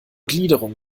gliederung